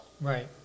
Right